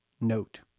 note